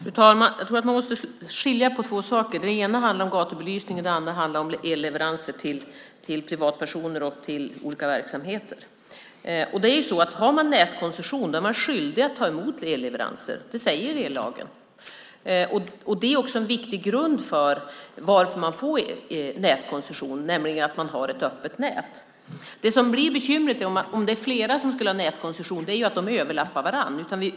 Fru talman! Jag tror att man måste skilja på två saker. Den ena handlar om gatubelysningen, den andra handlar om elleveranser till privatpersoner och olika verksamheter. Det är ju så att har man nätkoncession är man skyldig att ta emot elleveranser. Det säger ellagen. Det är också en viktig grund för att man får nätkoncession, nämligen att man har ett öppet nät. Det som blir ett bekymmer är om det är flera som har nätkoncession och de överlappar varandra.